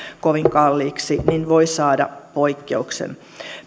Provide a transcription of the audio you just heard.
kovin kalliiksi niin voi saada poikkeuksen